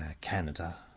Canada